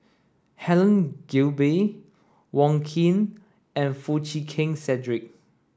Helen Gilbey Wong Keen and Foo Chee Keng Cedric